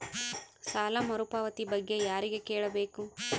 ಸಾಲ ಮರುಪಾವತಿ ಬಗ್ಗೆ ಯಾರಿಗೆ ಕೇಳಬೇಕು?